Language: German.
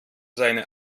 seine